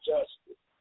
Justice